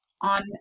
on